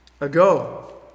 ago